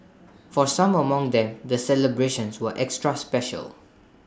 for some among them the celebrations were extra special